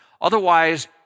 Otherwise